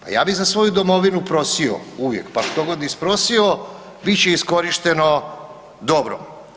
Pa ja bih za svoju domovinu prosio uvijek pa što god isprosio bit će iskorišteno dobro.